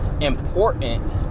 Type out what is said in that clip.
important